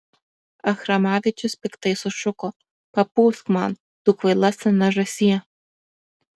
achramavičius piktai sušuko papūsk man tu kvaila sena žąsie